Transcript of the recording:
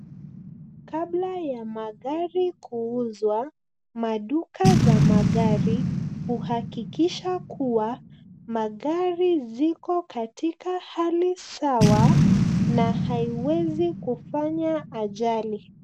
Kabla ya magari kuuzwa, maduka za magari huhakikisha kuwa magari ziko katika hali sawa na haiwezi kufanya ajali.